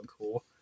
cool